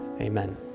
amen